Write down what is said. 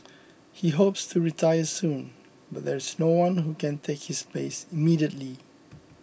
he hopes to retire soon but there is no one who can take his place immediately